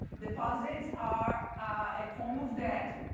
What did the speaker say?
deposits are a form of debt.